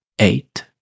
eight